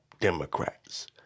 Democrats